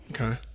Okay